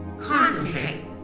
Concentrate